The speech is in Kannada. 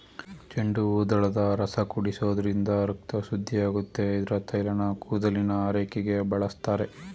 ಚೆಂಡುಹೂದಳದ ರಸ ಕುಡಿಸೋದ್ರಿಂದ ರಕ್ತ ಶುದ್ಧಿಯಾಗುತ್ತೆ ಇದ್ರ ತೈಲನ ಕೂದಲಿನ ಆರೈಕೆಗೆ ಬಳಸ್ತಾರೆ